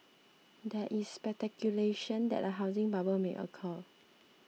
there is speculation that a housing bubble may occur